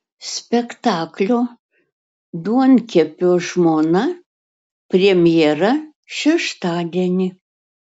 spektaklio duonkepio žmona premjera šeštadienį